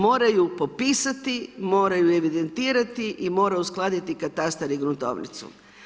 Moraju popisati, moraju evidentirati i moraju uskladiti katastar i gruntovnicu.